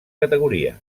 categoria